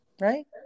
Right